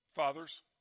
Fathers